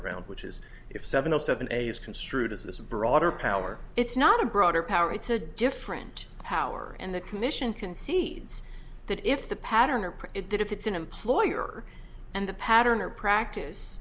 around which is if seven o seven a is construed as a broader power it's not a broader power it's a different power and the commission concedes that if the pattern are printed that if it's an employer and the pattern or practice